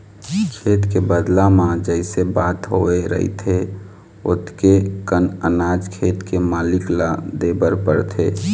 खेत के बदला म जइसे बात होवे रहिथे ओतके कन अनाज खेत के मालिक ल देबर परथे